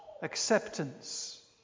acceptance